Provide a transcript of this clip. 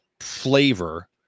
flavor